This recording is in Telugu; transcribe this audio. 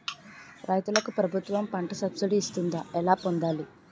రైతులకు ప్రభుత్వం పంట సబ్సిడీ ఇస్తుందా? ఎలా పొందాలి?